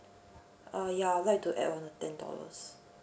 uh ya I would like to add on the ten dollars